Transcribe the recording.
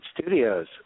Studios